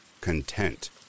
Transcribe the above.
Content